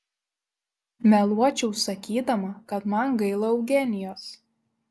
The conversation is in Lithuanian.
meluočiau sakydama kad man gaila eugenijos